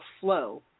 flow